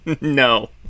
No